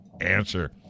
Answer